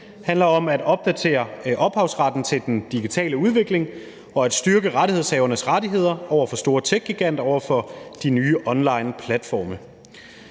Det handler om at opdatere ophavsretten til den digitale udvikling og om at styrke rettighedshavernes rettigheder over for techgiganter og de nye onlineplatforme.